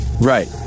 Right